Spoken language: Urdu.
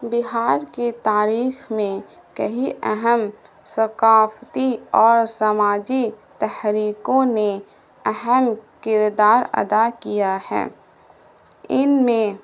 بہار کی تاریخ میں کئی اہم ثقافتی اور سماجی تحریکوں نے اہم کردار ادا کیا ہے ان میں